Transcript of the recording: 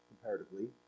comparatively